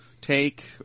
take